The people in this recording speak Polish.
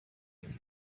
tym